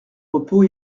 repos